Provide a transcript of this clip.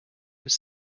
was